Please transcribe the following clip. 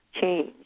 change